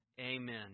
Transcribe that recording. Amen